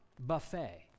Buffet